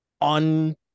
on